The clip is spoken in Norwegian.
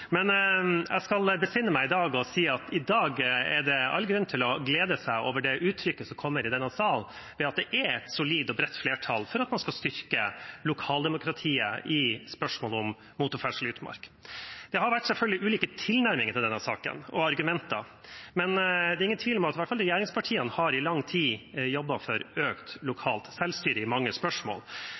men jeg skal besinne meg i dag, og si at i dag er det all grunn til å glede seg over det uttrykket som kommer i denne sal, ved at det er et solid og bredt flertall for at man skal styrke lokaldemokratiet i spørsmålet om motorferdsel i utmark. Det har selvfølgelig vært ulike tilnærminger og argumenter i denne saken, men det er ingen tvil om at i hvert fall regjeringspartiene i lang tid har jobbet for økt lokalt selvstyre i mange spørsmål.